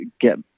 get